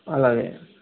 అలాగే